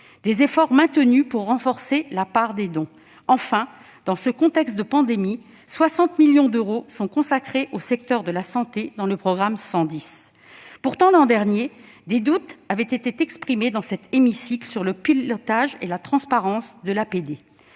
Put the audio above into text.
des efforts pour renforcer la part des dons sont maintenus. Enfin, dans ce contexte de pandémie, 60 millions d'euros sont consacrés au secteur de la santé dans le programme 110. Pourtant, l'an dernier, des doutes avaient été exprimés dans cet hémicycle sur le pilotage et la transparence de l'APD.